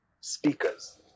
speakers